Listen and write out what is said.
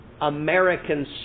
American